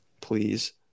Please